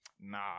Nah